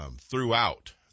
throughout